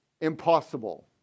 impossible